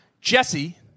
Jesse